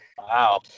Wow